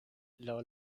laŭ